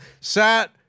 Sat